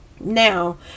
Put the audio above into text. Now